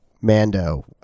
Mando